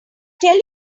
tell